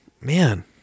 Man